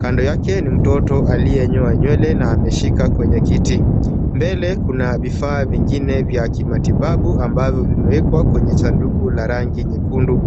Kando yake, ni mtoto aliyenyoa nywele na ameshika kwenye kiti. Mbele kuna vifaa vingine vya kimatibabu, ambavyo vimewekwa kwenye sanduku la rangi nyekundu.